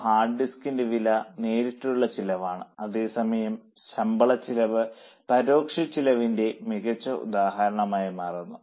C hard ഡിസ്കിന്റെ വില നേരിട്ടുള്ള ചെലവാണ് അതേസമയം ശമ്പളച്ചെലവ് പരോക്ഷ ചെലവിന്റെ മികച്ച ഉദാഹരണമായി മാറുന്നു